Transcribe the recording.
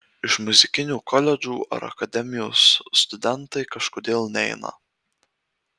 iš muzikinių koledžų ar akademijos studentai kažkodėl neina